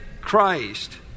Christ